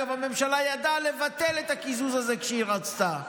אגב, הממשלה ידעה לבטל את הקיזוז הזה כשהיא רצתה,